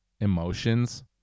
emotions